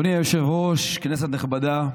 אדוני היושב-ראש, כנסת נכבדה,